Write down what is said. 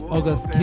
August